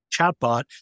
chatbot